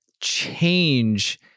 change